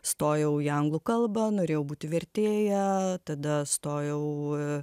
stojau į anglų kalbą norėjau būti vertėja tada stojau